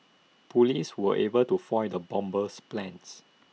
Police were able to foil the bomber's plans